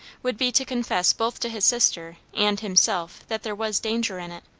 would be to confess both to his sister and himself that there was danger in it.